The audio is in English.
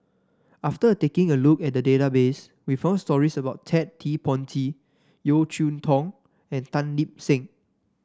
after taking a look at the database we found stories about Ted De Ponti Yeo Cheow Tong and Tan Lip Seng